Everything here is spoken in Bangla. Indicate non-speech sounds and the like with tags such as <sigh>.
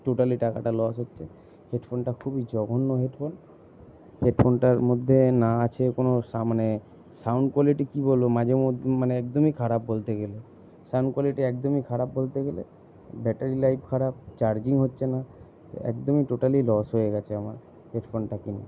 টোটালি টাকাটা লস হচ্ছে হেডফোনটা খুবই জঘন্য হেডফোন হেডফোনটার মধ্যে না আছে কোনো সা <unintelligible> মানে সাউন্ড কোয়ালিটি কি বলব মাঝে ম <unintelligible> মানে একদমই খারাপ বলতে গেলে সাউন্ড কোয়ালিটি একদমই খারাপ বলতে গেলে ব্যাটারি লাইফ খারাপ চার্জিং হচ্ছে না একদমই টোটালি লস হয়ে গিয়েছে আমার হেডফোনটা কিনে